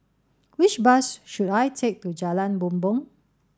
which bus should I take to Jalan Bumbong